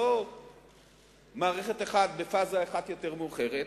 ולא במערכת אחת ובפאזה אחת יותר מאוחרת.